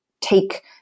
take